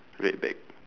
red bag